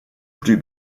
plus